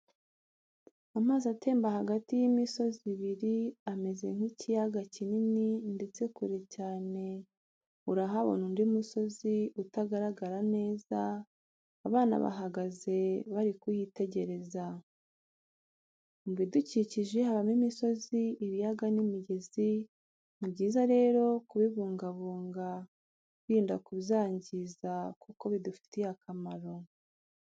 Amazi atemba hagati y'imisozi ibiri ameze nk'ikiyaga kinini ndetse kure cyane urahabona undi musozi utagaragara neza, abana bahagaze bari kuhitegereza. Mu bidukikije habamo imisozi ibiyaga n'imigezi, ni byiza rero kubibungabunga twirinda kubyangiza kuko bidufitiye akamaro.